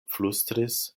flustris